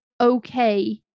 okay